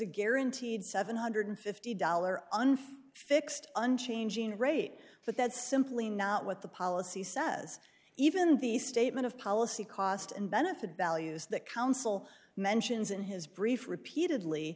guaranteed seven hundred and fifty dollar unfair fixed unchanging rate but that's simply not what the policy says even the statement of policy cost and benefit values that counsel mentions in his brief repeatedly